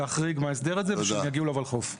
להחריג מההסדר הזה ושהם יגיעו לולחו"ף.